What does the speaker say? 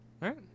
Right